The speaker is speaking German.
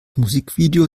musikvideo